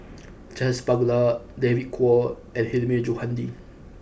Charles Paglar David Kwo and Hilmi Johandi